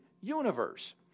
universe